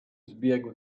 zbiegł